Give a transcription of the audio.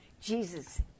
Jesus